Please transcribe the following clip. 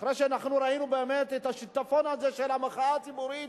אחרי שראינו באמת את השיטפון הזה של המחאה הציבורית